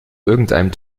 irgendeinem